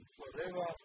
forever